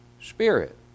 Spirit